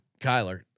Kyler